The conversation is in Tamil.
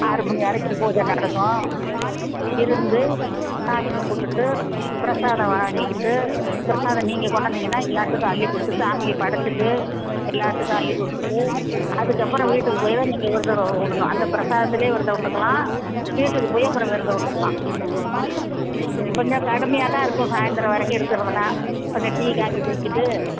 ஆறு மணி வரைக்கும் பூஜை நடக்கும் இருந்து சாமி கும்பிட்டுட்டு பிரசாதம் வாங்கிக்கிட்டு பிரசாதம் நீங்கள் கொண்டு வந்தீங்கன்னால் எல்லாேத்துக்கும் அள்ளிக் கொடுத்துட்டு சாமிக்கு படைச்சிட்டு எல்லாத்துக்கும் அள்ளிக் கொடுத்துட்டு அதுக்கப்புறம் வீட்டுக்குப் போய் தான் நீங்கள் விரதம் விடணும் அந்த பிரசாதத்துலேயே விரதம் விட்டுக்கலாம் வீட்டுக்குப் போய் அப்புறம் விரதம் விட்டுக்கலாம் கொஞ்சம் கடுமையாக தான் இருக்கும் சாய்ந்திரம் வரைக்கும் இருக்கிறதுன்னா கொஞ்சம் டீ காஃபி குடிச்சுட்டு